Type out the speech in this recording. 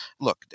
Look